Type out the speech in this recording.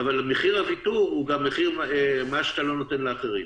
אבל מחיר הוויתור הוא גם המחיר של מה שאתה לא נותן לאחרים.